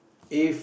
if